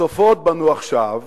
צופות בנו עכשיו.